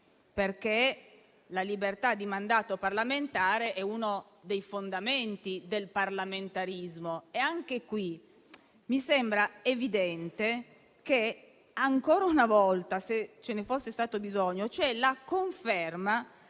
perché la libertà di mandato parlamentare è uno dei fondamenti del parlamentarismo. Mi sembra evidente che ancora una volta, se ce ne fosse stato bisogno, c'è la conferma